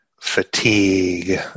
fatigue